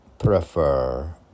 prefer